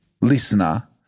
listener